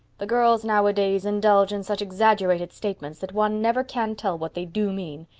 the girls nowadays indulge in such exaggerated statements that one never can tell what they do mean.